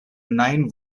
nine